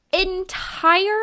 entire